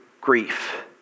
grief